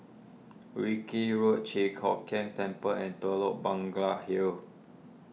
Wilkie Road Chi Kock Keng Temple and Telok Bangla Hill